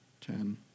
ten